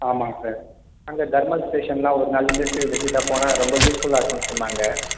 ஆமாம் சார் அங்கே தெர்மல் ஸ்டேஷனில் ஒரு நாள் இன்டஸ்டியல் விசிட்டாக போனால் ரொம்ப யூஸ்ஃபுல்லாக இருக்கும்ன்னு சொன்னாங்க